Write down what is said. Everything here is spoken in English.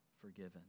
forgiven